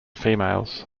females